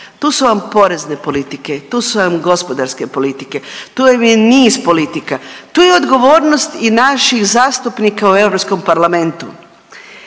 tu su vam porezne politike, tu su vam gospodarske politike, tu vam je niz politika, tu je odgovornost i naših zastupnika u Europskom parlamentu.